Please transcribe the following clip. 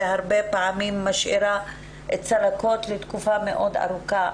והרבה פעמים משאירה צלקות לתקופה מאוד ארוכה.